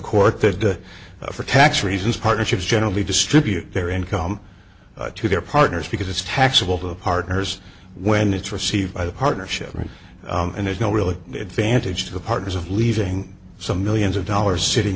court that for tax reasons partnerships generally distribute their income to their partners because it's taxable to the partners when it's received by the partnership and there's no really advantage to the partners of leaving some millions of dollars sitting